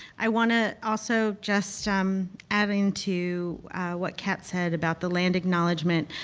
i wanna also, just um adding to what kat said about the land acknowledgement,